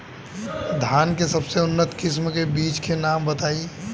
धान के सबसे उन्नत किस्म के बिज के नाम बताई?